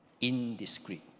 Indiscreet